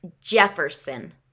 Jefferson